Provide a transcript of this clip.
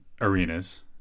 arenas